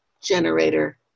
generator